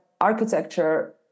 architecture